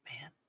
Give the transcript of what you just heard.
Man